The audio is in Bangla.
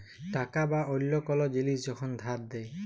টাকা বা অল্য কল জিলিস যখল ধার দেয়